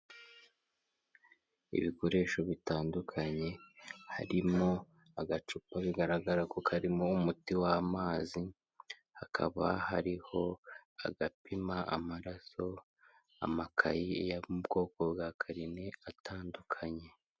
Ibikoresho bitandukanye harimo agacupa bigaragara ko karimo umuti w'amazi, hakaba hariho agapima amaraso amakayi yo mu bwoko bwa karine atandukanye.